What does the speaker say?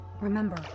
Remember